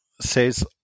says